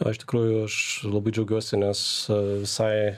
na iš tikrųjų aš labai džiaugiuosi nes visai